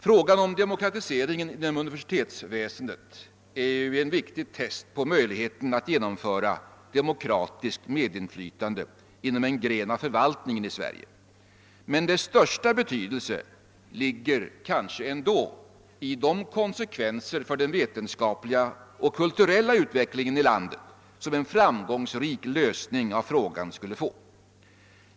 Frågan om demokratiseringen inom universitetsväsendet är en viktig prövosten för möjligheterna att genomföra demokratiskt medinflytande inom en gren av den svenska förvaltningen, men dess största betydelse ligger kanske ändå i de konsekvenser för vetenskaplig och kulturell utveckling i vårt land som en framgångsrik lösning av frågan skulle få.